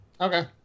okay